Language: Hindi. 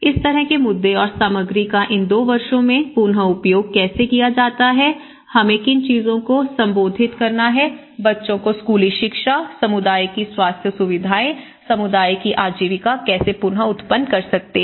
इस तरह के मुद्दे और सामग्री का इन दो वर्षों में पुन उपयोग कैसे किया जा सकता है हमें किन चीजों को संबोधित करना है बच्चों को स्कूली शिक्षा समुदाय की स्वास्थ्य सुविधाएं समुदाय की आजीविका कैसे पुन उत्पन्न कर सकते हैं